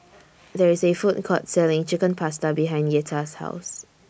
There IS A Food Court Selling Chicken Pasta behind Yetta's House